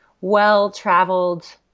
well-traveled